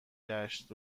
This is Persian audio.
گشت